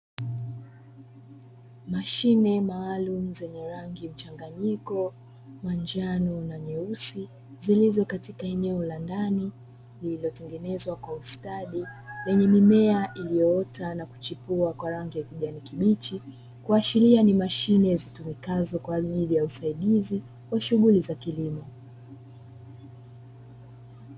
Mashine maalumu zenye rangi mchanganyiko, manjano na nyeusi zilizo katika eneo la ndani, lililotengenezwa kwa ustadi, lenye mimea iliyoota na kuchipua kwa rangi ya kijani kibichi, kuashiria ni mashine zitumikazo kwaajili ya usaidizi wa shughuli za kilimo.